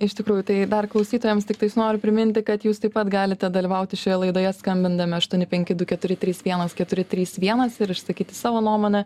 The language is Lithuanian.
iš tikrųjų tai dar klausytojams tiktais noriu priminti kad jūs taip pat galite dalyvauti šioje laidoje skambindami aštuoni penki du keturi trys vienas keturi trys vienas ir išsakyti savo nuomonę